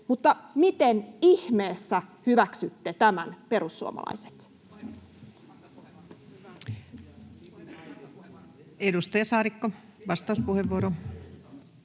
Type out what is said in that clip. miten ihmeessä hyväksytte tämän, perussuomalaiset? Edustaja Saarikko, vastauspuheenvuoro.